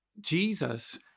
Jesus